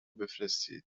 بفرستید